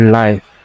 life